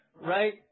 Right